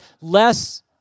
less